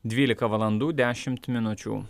dvylika valandų dešimt minučių